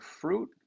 fruit